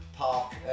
Park